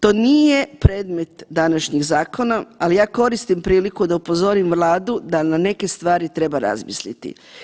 To nije predmet današnjeg zakona, ali ja koristim priliku da upozorim Vladu da na neke stvari treba razmisliti.